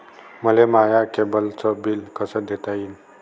मले माया केबलचं बिल कस देता येईन?